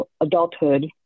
adulthood